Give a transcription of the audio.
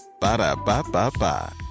Ba-da-ba-ba-ba